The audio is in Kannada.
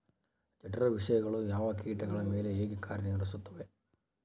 ಜಠರ ವಿಷಯಗಳು ಯಾವ ಕೇಟಗಳ ಮೇಲೆ ಹೇಗೆ ಕಾರ್ಯ ನಿರ್ವಹಿಸುತ್ತದೆ?